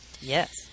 Yes